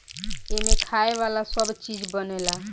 एमें खाए वाला सब चीज बनेला